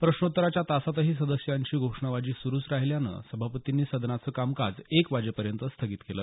प्रश्नोत्तराच्या तासातही सदस्यांची घोषणाबाजी सुरूच राहिल्यानं सभापतींनी सदनाचं कामकाज एक वाजेपर्यंत स्थगित केलं